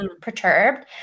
perturbed